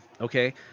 okay